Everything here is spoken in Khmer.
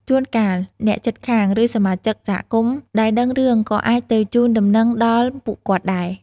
ជួនកាល អ្នកជិតខាង ឬសមាជិកសហគមន៍ដែលដឹងរឿង ក៏អាចទៅជូនដំណឹងដល់ពួកគាត់ដែរ។